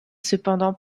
cependant